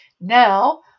Now